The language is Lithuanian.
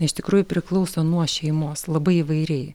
iš tikrųjų priklauso nuo šeimos labai įvairiai